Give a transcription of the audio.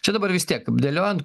čia dabar vis tiek apdėliojant